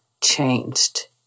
changed